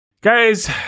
guys